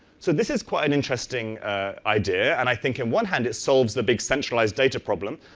so this is quite an interesting idea, and i think and one hand it solves the big centralized data problem,